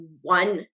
one